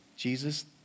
Jesus